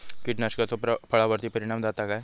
कीटकनाशकाचो फळावर्ती परिणाम जाता काय?